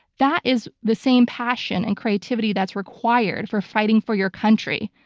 that is the same passion and creativity that's required for fighting for your country.